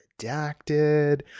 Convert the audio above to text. redacted